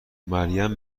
مریم